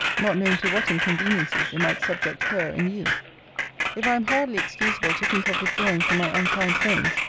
not knowing to what inconveniencies it might subject her and you if i am hardly excusable to think of withdrawing from my unkind friends,